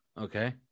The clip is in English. okay